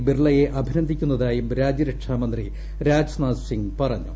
ബിർലയെ അഭിനന്ദിക്കുന്നതായും രാജ്യരക്ഷാമന്ത്രി രാജ്നാഥ്സിംഗ് പറഞ്ഞു